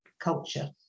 culture